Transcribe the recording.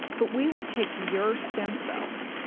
but we would take your stem cells,